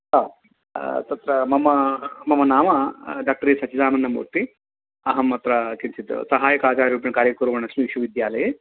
तत्र मम मम नाम डोक्टर् ए सच्चिदानन्दमूर्तिः अहम् अत्र किञ्चित् सहायकाचार्यरूपेण कार्यं कुर्वन्नस्मि विश्वविद्यालये